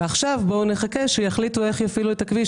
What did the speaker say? ועכשיו בואו נחכה שיחליטו איך להפעיל את הכביש,